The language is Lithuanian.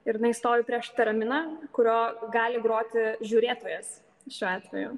ir jinai stovi prieš tereminą kuriuo gali groti žiūrėtojas šiuo atveju